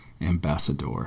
ambassador